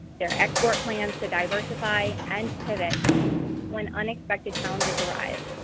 their export plans to diversify, and pivot when unexpected challenges arise.